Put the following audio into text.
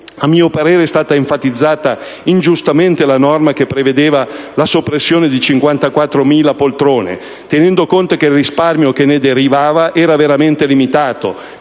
a mio parere, è stata enfatizzata ingiustamente la norma che prevedeva la soppressione di 54.000 poltrone, tenendo conto che il risparmio che ne derivava era veramente limitato;